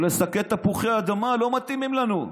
אלה שקי תפוחי אדמה, לא מתאימים לנו,